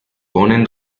ponen